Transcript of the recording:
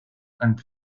and